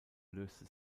löste